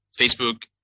Facebook